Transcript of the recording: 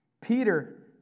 Peter